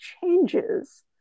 changes